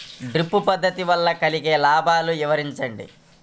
Drip పద్దతి వల్ల కలిగే లాభాలు వివరించండి?